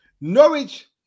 Norwich